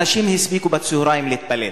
אנשים הספיקו בצהריים להתפלל.